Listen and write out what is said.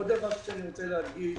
עוד דבר שאני רוצה להדגיש,